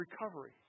recovery